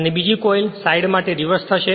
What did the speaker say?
અને બીજી coil side માટે રીવર્સ થશે